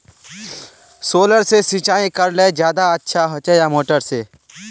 Solar से सिंचाई करले ज्यादा अच्छा होचे या मोटर से?